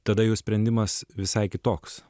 tada jau sprendimas visai kitoks